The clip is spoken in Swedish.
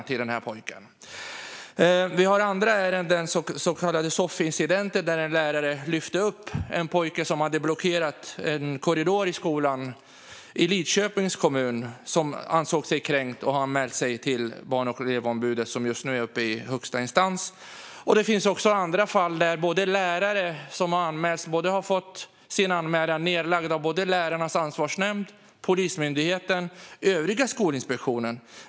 Vi har ett annat ärende, den så kallade soffincidenten, där en lärare lyfte upp en pojke som hade blockerat en korridor i skolan i Lidköpings kommun. Denna pojke som ansåg sig kränkt har anmält detta till Barn och elevombudet, och detta ärende är just nu uppe i högsta instans. Det finns även andra fall där lärare som har anmälts har fått sina anmälningar nedlagda av Lärarnas ansvarsnämnd, Polismyndigheten och övriga Skolinspektionen.